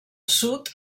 sud